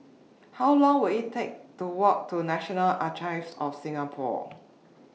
How Long Will IT Take to Walk to National Archives of Singapore